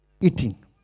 Eating